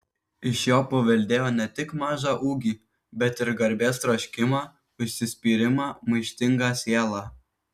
iš jo paveldėjo ne tik mažą ūgį bet ir garbės troškimą užsispyrimą maištingą sielą